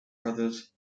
brothers